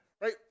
right